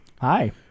Hi